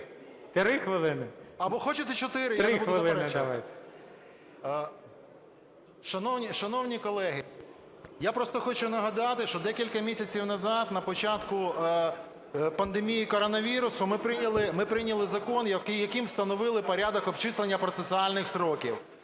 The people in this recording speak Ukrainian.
3 хвилини, давайте. 14:33:23 ВЛАСЕНКО С.В. Шановні колеги, я просто хочу нагадати, що декілька місяців назад, на початку пандемії коронавірусу, ми прийняли закон, яким встановили порядок обчислення процесуальних строків.